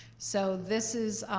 so this is,